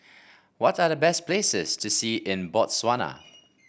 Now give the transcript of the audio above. what are the best places to see in Botswana